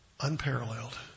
unparalleled